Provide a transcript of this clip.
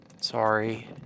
Sorry